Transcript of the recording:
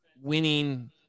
winning